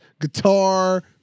guitar